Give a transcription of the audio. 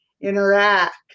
interact